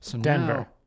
Denver